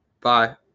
Bye